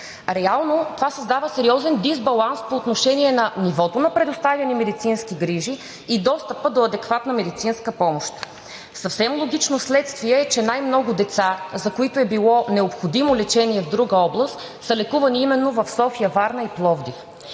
Реално това създава сериозен дисбаланс по отношение на нивото на предоставени медицински грижи и достъпа до адекватна медицинска помощ. Съвсем логично следствие е, че най много деца, за които е било необходимо лечение в друга област, са лекувани именно в София, Варна и Пловдив.